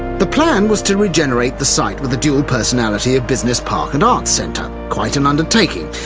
the plan was to regenerate the site with a dual personality of business park and arts centre, quite an undertaking,